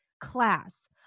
class